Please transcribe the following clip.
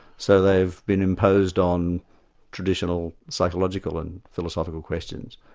so they've been imposed on traditional psychological and philosophical questions,